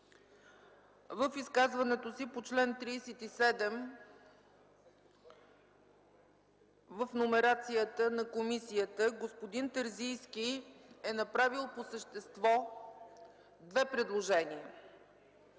в изказването си по чл. 37 в номерацията на комисията, господин Терзийски е направил по същество две предложения.